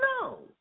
No